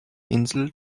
insel